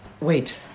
Wait